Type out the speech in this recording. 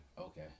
Okay